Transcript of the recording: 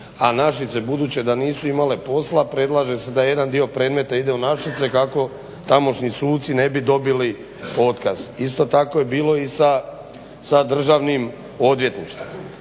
a Našice budući da nisu imale posla predlaže se da jedan dio predmeta ide u Našice kako tamošnji suci ne bi dobili otkaz. Isto tako je bilo i sa Državnim odvjetništvom.